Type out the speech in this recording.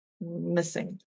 missing